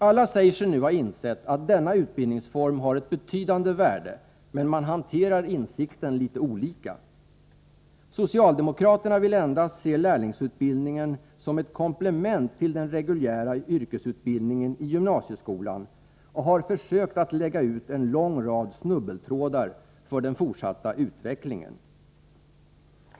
Alla säger sig nu ha insett att denna utbildningsform har ett betydande värde, men man hanterar den insikten litet olika. Socialdemokraterna vill endast se lärlingsutbildningen som ett komplement till den reguljära yrkesutbildningen i gymnasieskolan och har försökt att lägga ut en lång rad snubbeltrådar för den fortsatta utvecklingen.